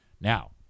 Now